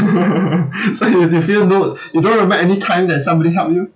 so you you feel no you don't remember any time that somebody help you